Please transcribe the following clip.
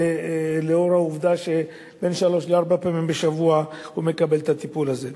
לאור העובדה שבין שלוש לארבע פעמים בשבוע הוא מקבל את הטיפול הזה.